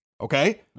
Okay